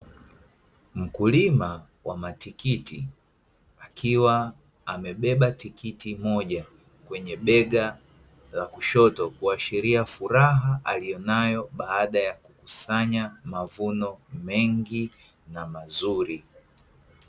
Mkulima wa matikiti akiwa amebeba tikiti moja kwenye bega ka kushoto kuashiria furaha aliyonayo baada ya kukusanya mavuno mengi na mazuri.